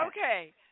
Okay